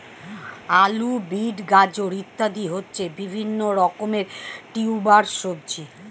আলু, বিট, গাজর ইত্যাদি হচ্ছে বিভিন্ন রকমের টিউবার সবজি